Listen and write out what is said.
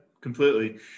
completely